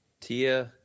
Tia